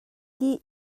dih